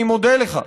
אני מודה לך.